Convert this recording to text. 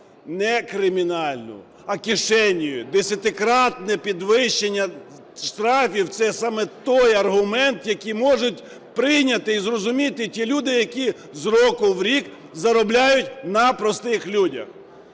не кримінальну, а кишенею. Десятикратне підвищення штрафів – це саме той аргумент, який можуть прийняти і зрозуміти ті люди, які з року в рік заробляють на простих людях.